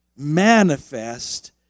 manifest